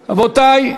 רבותי,